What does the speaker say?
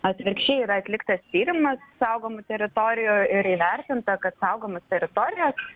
atvirkščiai yra atliktas tyrimas saugomų teritorijų ir įvertinta kad saugomos teritorijos